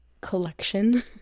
collection